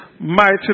Mighty